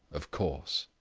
of course.